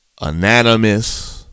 anonymous